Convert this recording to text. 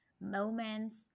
moments